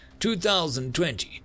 2020